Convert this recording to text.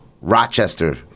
Rochester